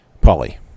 Polly